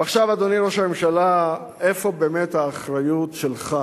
ועכשיו, אדוני ראש הממשלה, איפה באמת האחריות שלך